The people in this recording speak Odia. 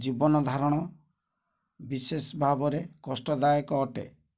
ଜୀବନ ଧାରଣ ବିଶେଷ ଭାବରେ କଷ୍ଟଦାୟକ ଅଟେ